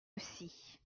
aussi